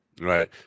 right